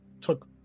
took